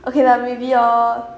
okay lah maybe lor